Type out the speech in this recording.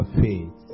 faith